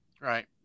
Right